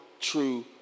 true